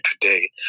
today